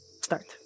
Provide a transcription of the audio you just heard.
start